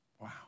Wow